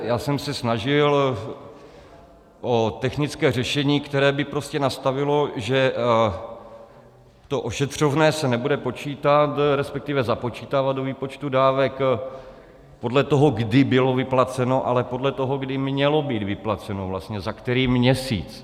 Já jsem se snažil o technické řešení, které by nastavilo, že ošetřovné se nebude počítat, respektive započítávat, do výpočtu dávek podle toho, kdy bylo vyplaceno, ale podle toho, kdy mělo být vyplaceno, vlastně za který měsíc.